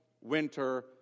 winter